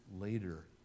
later